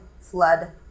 flood